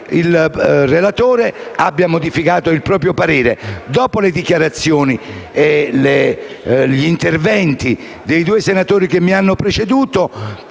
il relatore abbia modificato il proprio parere. Dopo le dichiarazioni e gli interventi dei due senatori che mi hanno preceduto,